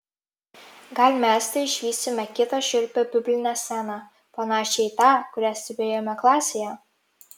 gal mes teišvysime kitą šiurpią biblinę sceną panašią į tą kurią stebėjome klasėje